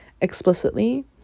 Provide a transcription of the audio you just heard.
explicitly